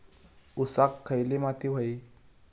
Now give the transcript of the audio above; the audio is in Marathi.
ऊसाक खयली माती व्हयी?